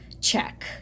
check